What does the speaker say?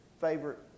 favorite